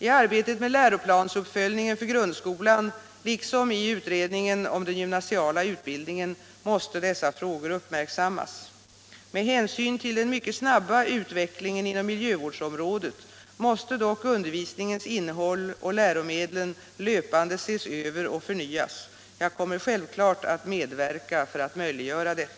I arbetet med läroplansuppföljningen för grundskolan liksom i utredningen om den gymnasiala utbildningen måste dessa frågor uppmärksammas. Med hänsyn till den mycket snabba utvecklingen inom miljövårdsområdet måste dock undervisningens innehåll och läromedlen löpande ses över och förnyas. Jag kommer självklart att medverka för att möjliggöra detta.